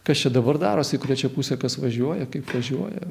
kas čia dabar darosi į kurią čia pusę kas važiuoja kaip važiuoja